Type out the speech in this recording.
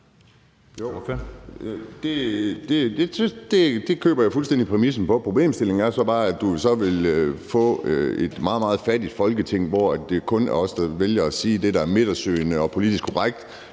Det køber jeg fuldstændig præmissen for. Problemstillingen er så bare, at du så vil få et meget, meget fattigt Folketing, hvor det så kun er dem af os, der vælger at sige det, der er midtersøgende og politisk korrekt,